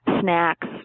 snacks